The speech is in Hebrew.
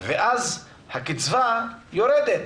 ואז הקצבה יורדת,